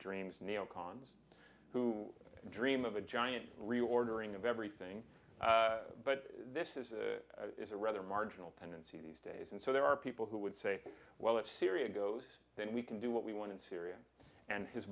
dreams neo cons who dream of a giant reordering of everything but this is a rather marginal tendency these days and so there are people who would say well if syria goes then we can do what we want and syria and